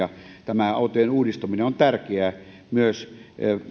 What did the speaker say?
ja autojen uudistaminen on tärkeää myös